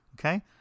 Okay